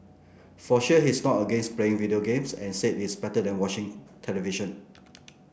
for sure he is not against playing video games and said it's better than watching television